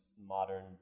modern